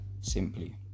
Simply